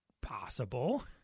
possible